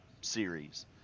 series